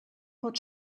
pot